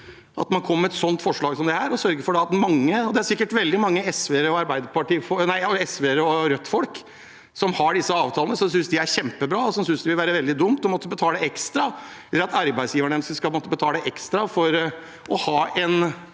at man kommer med et forslag som dette. Det er sikkert veldig mange SV-ere og Rødtfolk som har disse avtalene og synes de er kjempebra, og som synes det vil være veldig dumt å måtte betale ekstra, eller at arbeidsgiveren deres skal måtte betale ekstra, for å ha et